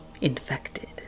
infected